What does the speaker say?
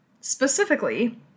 Specifically